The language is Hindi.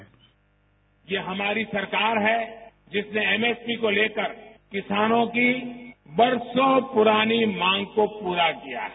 बाईट ये हमारी सरकार है जिसने एमएसपी को लेकर किसानों की बरसों पुरानी मांग को पूरा किया है